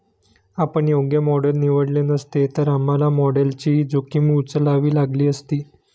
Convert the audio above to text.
आपण योग्य मॉडेल निवडले नसते, तर आम्हाला मॉडेलची जोखीम उचलावी लागली असती